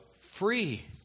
free